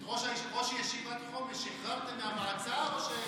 את ראש ישיבת חומש שחררתם מהמעצר או שעדיין,